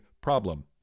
problem